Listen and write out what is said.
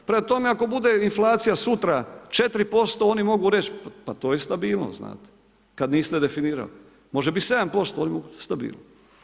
Prema tome, ako bude inflacija sutra 4%, oni mogu reći pa to je stabilnost, kad niste definirali, može biti 7% stabilnosti.